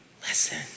Listen